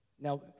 Now